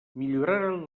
milloraren